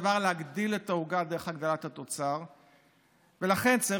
הם אזרחים טובים שרוצים לחיות בארץ הזאת ולתרום את תרומתם,